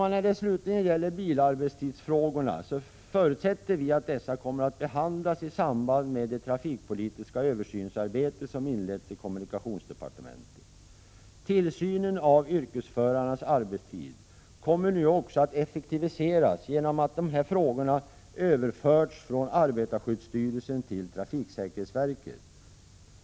När det slutligen gäller bilarbetstidsfrågorna förutsätter vi att dessa kommer att behandlas i samband med det trafikpolitiska översynsarbete som inletts i kommunikationsdepartementet. Tillsynen av yrkesförarnas arbetstid kommer nu också att effektiviseras genom att de här frågorna överförts från arbetarskyddsstyrelsen till trafiksäkerhetsverket.